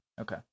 Okay